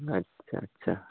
आथसा आथसा